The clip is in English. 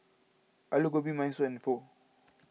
Alu Gobi Minestrone and Pho